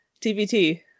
TBT